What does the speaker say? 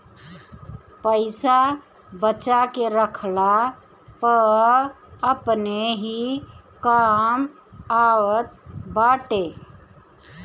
पईसा बचा के रखला पअ अपने ही काम आवत बाटे